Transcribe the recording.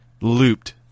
looped